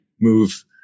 move